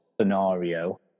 scenario